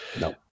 No